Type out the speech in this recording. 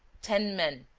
ten men,